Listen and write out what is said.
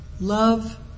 love